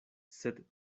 sed